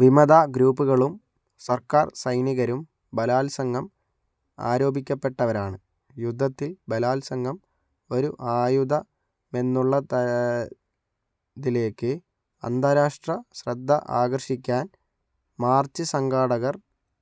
വിമതഗ്രൂപ്പുകളും സർക്കാർസൈനികരും ബലാത്സംഗം ആരോപിക്കപ്പെട്ടവരാണ് യുദ്ധത്തിൽ ബലാത്സംഗം ഒരു ആയുധമെന്നുള്ള ത തിലേക്ക് അന്താരാഷ്ട്ര ശ്രദ്ധ ആകർഷിക്കാൻ മാർച്ച് സംഘാടകർ